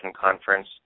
Conference